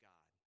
God